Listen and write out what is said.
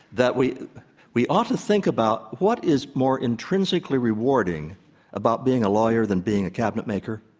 that we we ought to think about what is more intrinsically rewarding about being a lawyer than being a cabinetmaker?